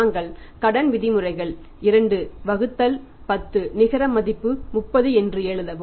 நாங்கள் கடன் விதிமுறைகள் 2 வகுத்தல் 10 நிகர மதிப்பு 30 என்று எழுதவும்